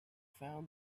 found